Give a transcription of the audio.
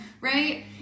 right